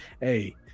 hey